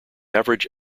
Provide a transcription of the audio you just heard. average